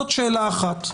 זו שאלה אחת.